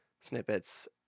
snippets